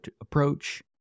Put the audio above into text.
approach